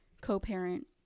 co-parent